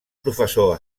professor